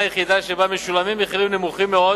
יחידה שבה משולמים מחירים נמוכים מאוד